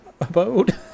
abode